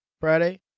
Friday